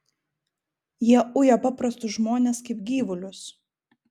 jie uja paprastus žmones kaip gyvulius